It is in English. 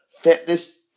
fitness